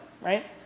right